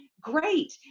great